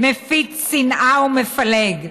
מפיץ שנאה ומפלג,